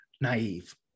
naive